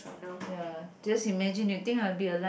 ya just imagine you think I'll be alive